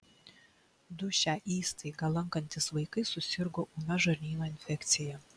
du šią įstaigą lankantys vaikai susirgo ūmia žarnyno infekcija